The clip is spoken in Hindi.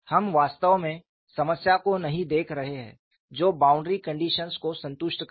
हम वास्तव में समस्या को नहीं देख रहे हैं जो बाउंड्री कंडीशंस को संतुष्ट करे